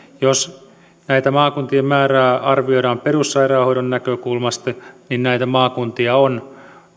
jos näiden maakuntien määrää arvioidaan perussairaanhoidon näkökulmasta niin näitä maakuntia on